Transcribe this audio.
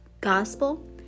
gospel